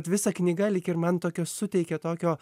visa knyga lyg ir man tokio suteikia tokio